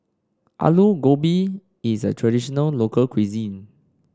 Alu Gobi is a traditional local cuisine